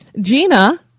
Gina